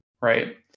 right